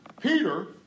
Peter